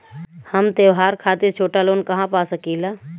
हम त्योहार खातिर छोटा लोन कहा पा सकिला?